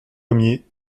ier